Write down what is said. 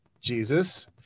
jesus